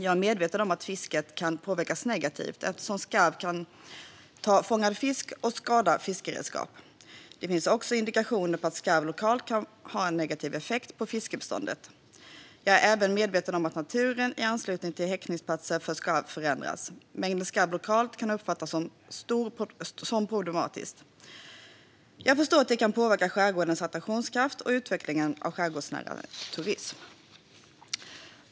Jag är medveten om att fisket kan påverkas negativt eftersom skarv kan ta fångad fisk och skada fiskeredskap. Det finns också indikationer på att skarv lokalt kan ha en negativ effekt på fiskbestånd. Jag är även medveten om att naturen i anslutning till häckningsplatser för skarv förändras. Mängden skarv lokalt kan uppfattas som problematisk. Jag förstår att det kan påverka skärgårdens attraktionskraft och utvecklingen av skärgårdsnära turism.